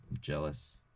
jealous